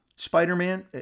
Spider-Man